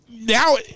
Now